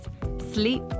sleep